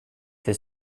his